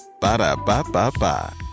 Ba-da-ba-ba-ba